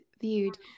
viewed